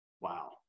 Wow